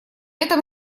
этом